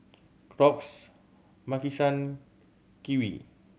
Crocs Maki San Kiwi